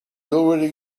already